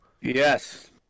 yes